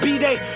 B-Day